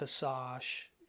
Passage